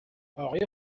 آقای